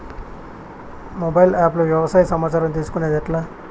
Mobile app లో వ్యవసాయ సమాచారం తీసుకొనేది ఎట్లా?